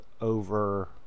Over